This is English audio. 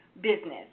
business